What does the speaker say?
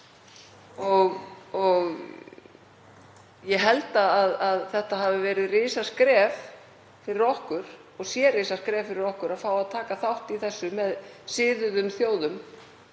og ég held að það hafi verið risaskref fyrir okkur og sé risaskref fyrir okkur að fá að taka þátt í þessu með siðuðum þjóðum.